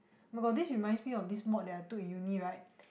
[oh]-my-god this reminds me of this mod that I took in uni right